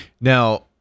Now